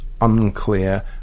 unclear